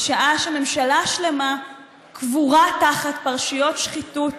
בשעה שממשלה שלמה קבורה תחת פרשיות שחיתות